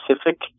specific